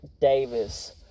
Davis